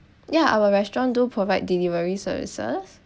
ya our restaurant do provide delivery services